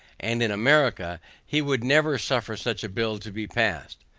and in america he would never suffer such a bill to be passed.